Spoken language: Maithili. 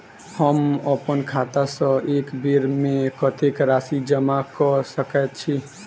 हम अप्पन खाता सँ एक बेर मे कत्तेक राशि जमा कऽ सकैत छी?